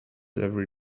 every